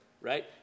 Right